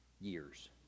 years